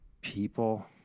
people